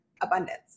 abundance